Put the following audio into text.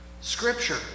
Scripture